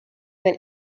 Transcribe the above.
than